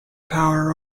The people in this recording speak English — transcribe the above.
power